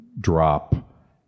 drop